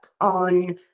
on